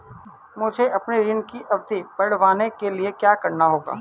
मुझे अपने ऋण की अवधि बढ़वाने के लिए क्या करना होगा?